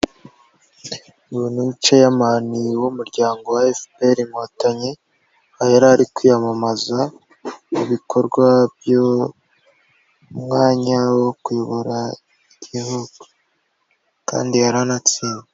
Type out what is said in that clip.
Uyu ni Ceyamani w'umuryango wa FPR Inkotanyi aha yari ari kwiyamamaza mu bikorwa, by'umwanya wo kuyobora igihugu kandi yaranatsinze.